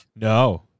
No